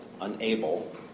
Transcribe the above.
unable